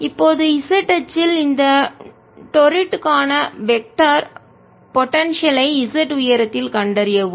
இப்போது z அச்சில் இந்த டொரிட்டுக்கான வெக்டர் திசையன் போடன்சியல் ஆற்றலைஐ z உயரத்தில் கண்டறியவும்